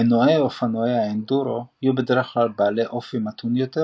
מנועי אופנועי האנדורו יהיו בדרך כלל בעלי אופי מתון יותר,